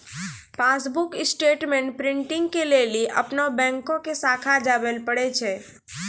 passbook statement printing के लेली अपनो बैंको के शाखा जाबे परै छै